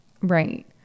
Right